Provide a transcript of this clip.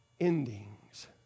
endings